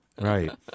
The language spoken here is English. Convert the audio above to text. right